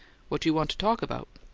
what you want to talk about?